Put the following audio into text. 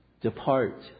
depart